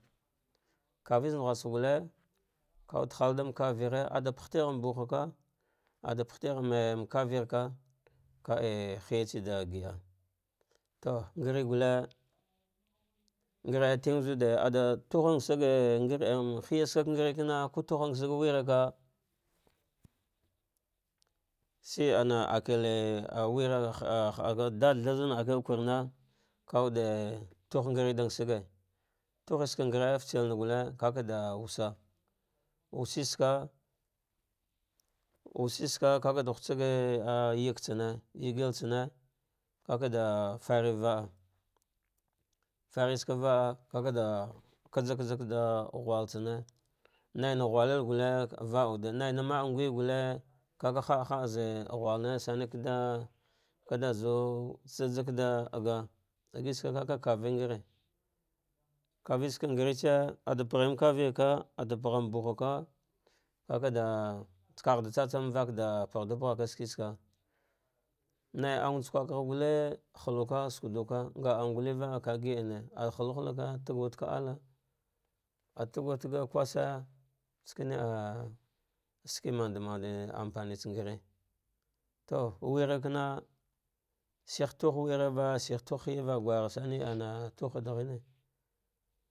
Kauetsa naghusha gulle kawucle haldank avire ade pahtighan buhaka acle pahtigan kivire lea kaa hiyatsa da gida to ngare gulle, ngare tigh zuɗ aɗe tuhasagi ngare hiya hiya sagngme to luha sagwarava shiama abel wera hada ɗasha sane ak el kurna lkawude tuh ngare da sage tuhitsake ngare kakada hujag yagtsa ne ya gsame yagetsame vaka da vasa kaja ka da ghul tsane naina ghililigulle viah wude naina maah nggwai gulle kaka hada head zahga nguye kaka kave ngare kavitsaka ng ngare tse ade paghen vavirka ade paghen buhaka ka kada kaghada tsatsam kahda pag da pag pagha skiki saka nau angh tsu kwakgh gulle hukuja sukduwka nga anghu gukkva waina k ka giahne ah halu halva va ala va atada alar ah tasu taje kwasuya skea ske manda mante am fanetsa ngare to wera vana shihe duh wure va shihe tuh hiyava nuana tu ha du gha lughede.